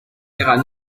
era